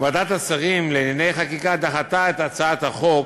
ועדת השרים לענייני חקיקה דחתה את הצעת החוק,